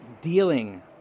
dealing